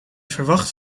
verwacht